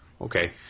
Okay